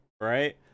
right